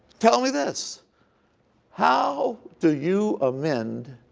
tell me this how do you amend